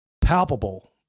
palpable